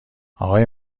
آقای